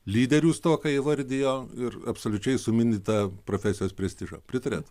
lyderių stoką įvardijo ir absoliučiai sumindytą profesijos prestižą pritariat